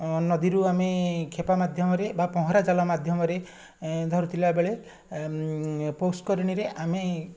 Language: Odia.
ଅଁ ନଦୀରୁ ଆମେ ଖେପା ମାଧ୍ୟମରେ ବା ପହଁରା ଜାଲ ମାଧ୍ୟମରେ ଏଁ ଧରିଥିଲା ବେଳେ ପୁଷ୍କରିଣୀରେ ଆମେ